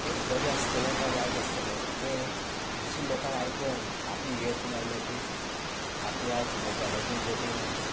तें बरें आसतलें काय वायट आसतलें तें दुसऱ्या लोकांक आयकूंक येना आपणें इयरफोन लायलो की आपल्याक मोबायलाचें जें कितें